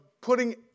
putting